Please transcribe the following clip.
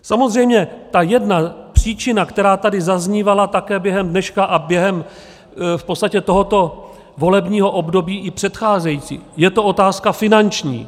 Samozřejmě ta jedna příčina, která tady zaznívala také během dneška a v podstatě během tohoto volebního období i předcházejících, je to otázka finanční.